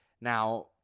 Now